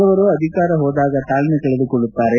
ಕೆಲವರು ಅಧಿಕಾರ ಹೋದಾಗ ತಾಳ್ಮೆ ಕಳೆದುಕೊಳ್ಳುತ್ತಾರೆ